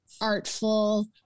artful